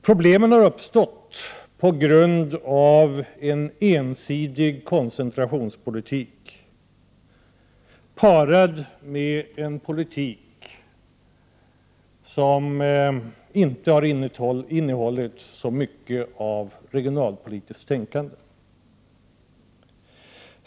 Problemen har uppstått på grund av en ensidig koncentrationspolitik parad med en politik som inte har innehållit så mycket av regionalpolitiskt tänkande.